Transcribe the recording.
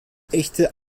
echte